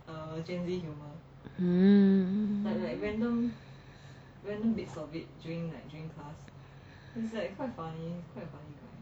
hmm